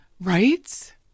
right